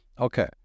Okay